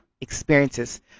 experiences